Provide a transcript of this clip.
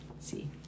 See